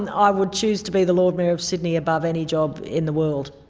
and ah i would choose to be the lord mayor of sydney above any job in the world.